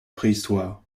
préhistoire